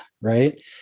right